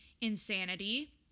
insanity